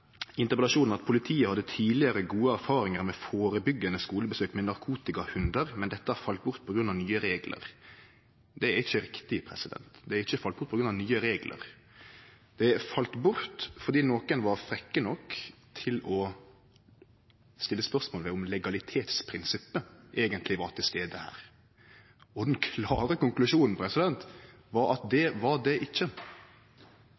hadde tidligere gode erfaringer med forebyggende skolebesøk med narkotikahunder, men dette er falt bort pga. nye regler.» Det er ikkje riktig. Det er ikkje falle bort på grunn av nye reglar. Det fall bort fordi nokon var frekke nok til å stille spørsmål ved om legalitetsprinsippet eigentleg var til stades her. Den klare konklusjonen var at det